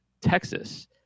Texas